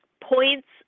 points